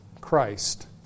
Christ